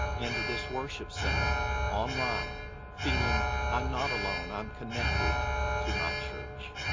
into this worship center online feeling i'm not alone, i'm connected to my church.